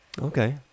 Okay